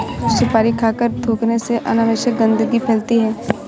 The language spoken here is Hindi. सुपारी खाकर थूखने से अनावश्यक गंदगी फैलती है